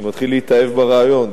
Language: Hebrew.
אני מתחיל להתאהב ברעיון,